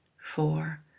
four